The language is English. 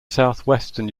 southwestern